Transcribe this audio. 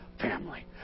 family